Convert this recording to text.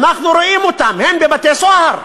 אנחנו רואים אותם, הם בבתי-סוהר.